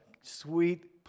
Sweet